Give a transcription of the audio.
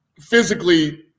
Physically